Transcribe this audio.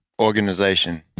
Organization